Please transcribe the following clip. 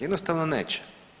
Jednostavno neće.